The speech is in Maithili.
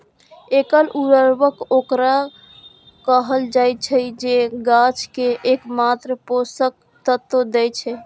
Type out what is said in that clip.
एकल उर्वरक ओकरा कहल जाइ छै, जे गाछ कें एकमात्र पोषक तत्व दै छै